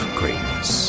greatness